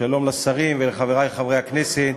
תודה רבה, שלום לשרים ולחברי חברי הכנסת,